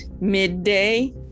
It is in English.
midday